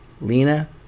Lena